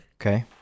Okay